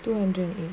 two hundred and eight